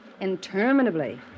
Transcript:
Interminably